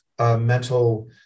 mental